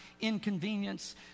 inconvenience